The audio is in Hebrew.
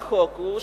והחוק הוא,